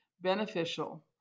beneficial